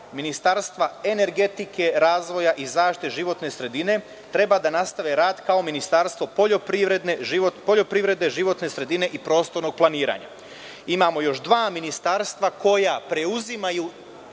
Ministarstva energetike, razvoja i zaštite životne sredine treba da nastave rad kao Ministarstvo poljoprivrede, životne sredine i prostornog planiranja. Imamo još dva ministarstva koja preuzimaju